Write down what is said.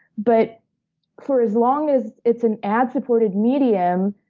but for as long as it's an ad-supported medium,